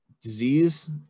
disease